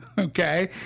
okay